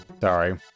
Sorry